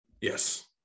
Yes